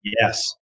Yes